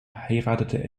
heiratete